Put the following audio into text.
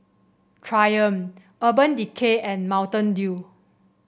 Triumph Urban Decay and Mountain Dew